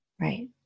right